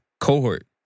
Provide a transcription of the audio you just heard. cohort